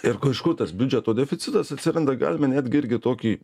ir kažkur tas biudžeto deficitas atsiranda galime netgi irgi tokį